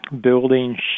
building